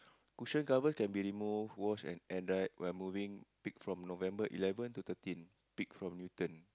cushion covers can be removed washed and air dried we are moving pick from November eleven to thirteen pick from Newton